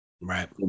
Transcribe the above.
Right